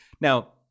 Now